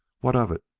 what of it?